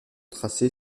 tracé